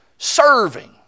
Serving